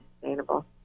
sustainable